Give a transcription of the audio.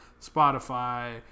Spotify